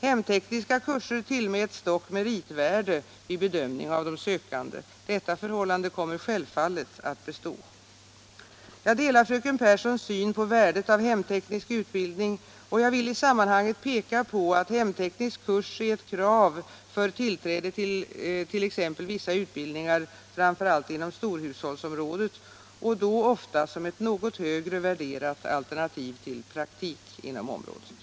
Hemtekniska kurser tillmäts dock meritvärde vid bedömning av de sökande. Detta förhållande kommer självfallet att bestå. Jag delar fröken Pehrssons syn på värdet av hemteknisk utbildning och jag vill i sammanhanget peka på att hemteknisk kurs är ett krav för tillträde till t.ex. vissa utbildningar framför allt inom storhushållsområdet och då ofta som ett något högre värderat alternativ till praktik inom området.